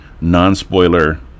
non-spoiler